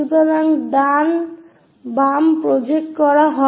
সুতরাং ডান বাম প্রজেক্ট করা হয়